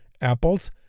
Apples